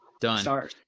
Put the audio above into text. Done